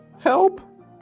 help